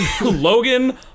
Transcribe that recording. Logan